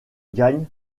gagnent